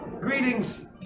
Greetings